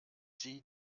sie